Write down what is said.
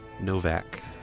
Novak